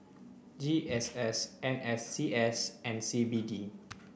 G S S N S C S and C B D